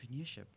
entrepreneurship